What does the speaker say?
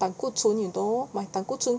胆固醇 you know my 胆固醇